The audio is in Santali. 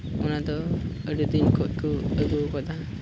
ᱚᱱᱟᱫᱚ ᱟᱹᱰᱤ ᱫᱤᱱ ᱠᱷᱚᱱ ᱠᱚ ᱟᱹᱜᱩᱣ ᱠᱟᱫᱟ